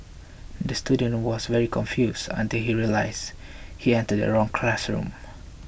the student was very confused until he realised he entered the wrong classroom